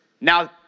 now